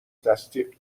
تصدیق